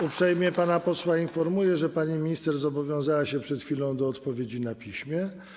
Uprzejmie pana posła informuję, że pani minister zobowiązała się przed chwilą do odpowiedzi na piśmie.